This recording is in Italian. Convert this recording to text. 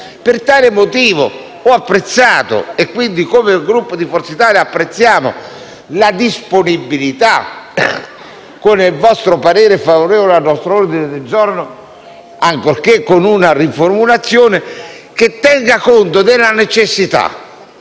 Per tale motivo io ho apprezzato, e come Gruppo di Forza Italia apprezziamo, la disponibilità espressa con il vostro parere favorevole al nostro ordine del giorno, ancorché con una riformulazione, che tiene conto della necessità